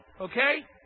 Okay